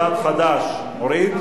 קבוצת חד"ש, אתה מוריד?